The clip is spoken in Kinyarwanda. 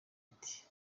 iti